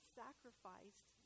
sacrificed